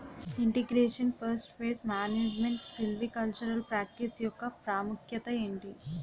integration forest pest management silvicultural practice యెక్క ప్రాముఖ్యత ఏంటి